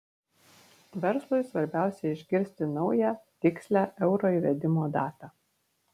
verslui svarbiausia išgirsti naują tikslią euro įvedimo datą